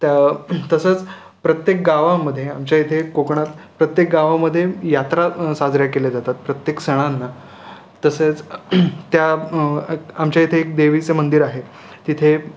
त तसंच प्रत्येक गावामध्ये आमच्या इथे कोकणात प्रत्येक गावामध्ये यात्रा साजरे केले जातात प्रत्येक सणांना तसंच त्या आमच्या इथे एक देवीचं मंदिर आहे तिथे